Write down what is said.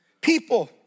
people